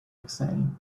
exciting